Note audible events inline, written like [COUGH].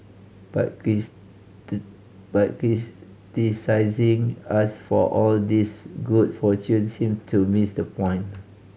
but [UNINTELLIGIBLE] but [UNINTELLIGIBLE] us for all this good fortune seem to miss the point